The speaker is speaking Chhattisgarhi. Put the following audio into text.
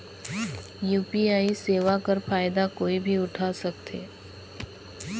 यू.पी.आई सेवा कर फायदा कोई भी उठा सकथे?